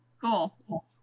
cool